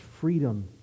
freedom